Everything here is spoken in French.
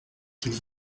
quelle